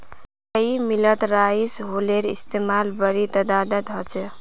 कई मिलत राइस हुलरेर इस्तेमाल बड़ी तदादत ह छे